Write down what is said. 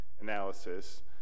analysis